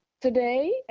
today